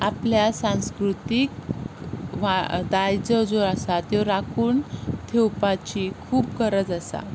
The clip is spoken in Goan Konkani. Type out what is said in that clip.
आपल्या सांस्कृतीक वा दायज ज्यो आसा त्यो राखून ठेवपाची खूब गरज आसा